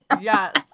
Yes